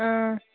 اۭں